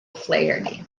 flaherty